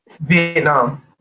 Vietnam